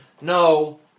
No